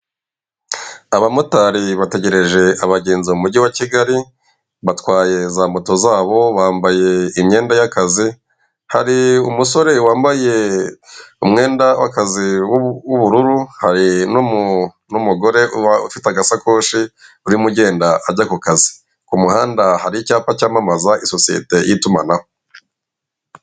Aba motari bategereje abagenzi mu mujyi wa Kigali, batwaye za moto zabo, bambaye imyenda yakazi hari umusore wambaye umwenda w'akazi w'ubururu hari n'umugore uba ufite agasakoshi agenda ajya ku kazi. Ku muhanda hari icyapa cyamamaza sasiyeti y'itumanaho.